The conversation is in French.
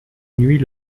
nuit